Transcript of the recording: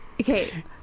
Okay